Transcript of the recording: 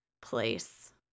place